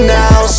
now